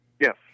Yes